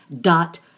dot